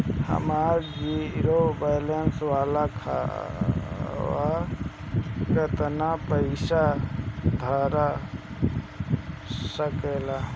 हमार zero balance वाला खतवा म केतना पईसा धरा सकेला?